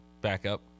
Backup